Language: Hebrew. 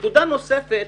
נקודה נוספת,